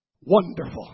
wonderful